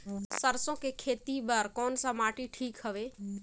सरसो के खेती बार कोन सा माटी ठीक हवे?